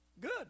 good